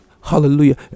Hallelujah